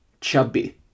chubby